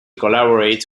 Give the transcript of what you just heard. collaborates